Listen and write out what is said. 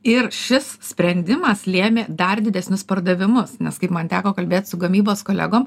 ir šis sprendimas lėmė dar didesnius pardavimus nes kaip man teko kalbėti su gamybos kolegom